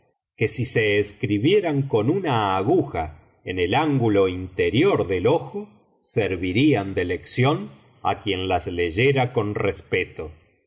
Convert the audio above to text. que si se escribieran con una aguja en el ángulo interior del ojo servirían de lección á quien las leyera con respeto